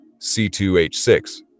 C2H6